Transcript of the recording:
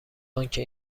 آنکه